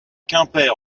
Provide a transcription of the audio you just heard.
quimper